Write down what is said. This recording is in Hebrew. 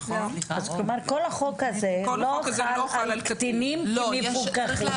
כל החוק הזה לא חל על קטינים שמפוקחים.